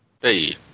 Hey